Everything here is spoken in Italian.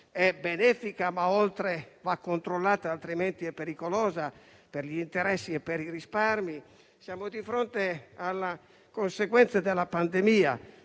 è benefica, ma oltre va controllata, altrimenti è pericolosa per gli interessi e per i risparmi. Siamo di fronte alla conseguenze della pandemia